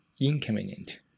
inconvenient